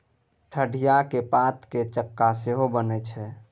ठढियाक पातक चक्का सेहो बनैत छै